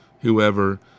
whoever